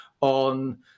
on